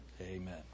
Amen